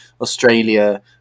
Australia